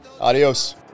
Adios